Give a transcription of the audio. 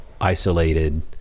isolated